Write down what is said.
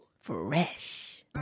Fresh